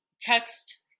text